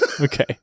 Okay